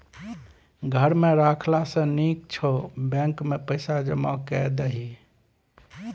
घर मे राखला सँ नीक छौ बैंकेमे पैसा जमा कए दही